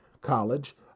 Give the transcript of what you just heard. College